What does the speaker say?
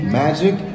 magic